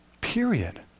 Period